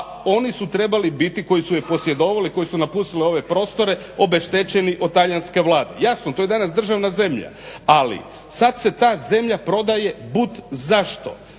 oni su trebali biti koji su je posjedovali, koji su napustili ove prostore obeštećeni od talijanske vlade. Jasno to je danas državna zemlja, ali sad se ta zemlja prodaje bud zašto?